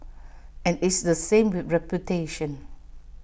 and it's the same with reputation